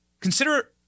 Consider